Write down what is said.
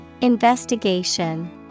Investigation